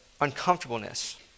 uncomfortableness